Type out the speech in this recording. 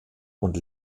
und